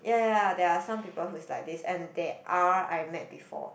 ya ya ya there are some people who is like this and they are I met before